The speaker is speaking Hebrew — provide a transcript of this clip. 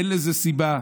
אין לזה סיבה.